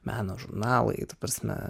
meno žurnalai ta prasme